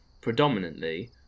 predominantly